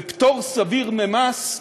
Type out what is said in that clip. בפטור סביר ממס,